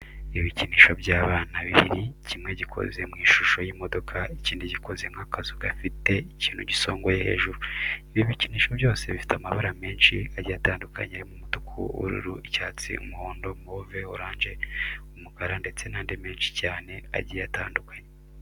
Ibikinisho by'abana bibiri, kimwe gikoze mu ishusho y'imodoka, ikindi gikoze nk'akazu gafite ikintu gisongoye hejuru. Ibi bikinisho byose bifite amabara menshi agiye atandukanye arimo umutuku, ubururu, icyatsi, umuhondo, move, oranje, umukara ndetse n'andi menshi cyane agiye atandukanye.